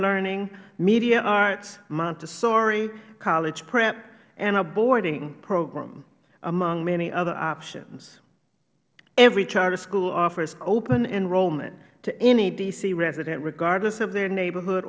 learning media arts montessori college prep and a boarding program among many other options every charter school offers open enrollment to any d c resident regardless of their neighborhood